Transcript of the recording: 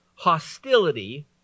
hostility